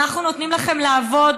אנחנו נותנים לכם לעבוד,